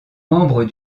membre